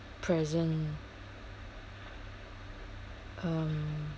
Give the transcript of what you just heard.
present um